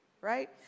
right